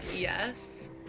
yes